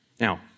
Now